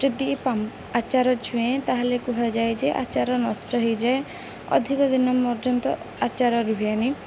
ଯଦି ଆଚାର ଛୁଏଁ ତାହେଲେ କୁହାଯାଏ ଯେ ଆଚାର ନଷ୍ଟ ହୋଇଯାଏ ଅଧିକ ଦିନ ପର୍ଯ୍ୟନ୍ତ ଆଚାର ରୁହେନି